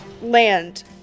land